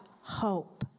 hope